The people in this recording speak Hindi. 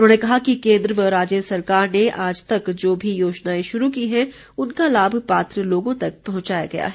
उन्होंने कहा कि केन्द्र व राज्य सरकार ने आज तक जो भी योजनाएं शुरू की हैं उनका लाभ पात्र लोगों तक पहुंचाया गया है